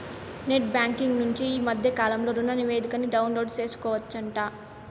net banking నుంచి ఈ మద్దె కాలంలో రుణనివేదికని డౌన్లోడు సేసుకోవచ్చంట